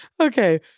Okay